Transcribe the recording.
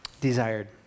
desired